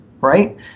right